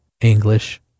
English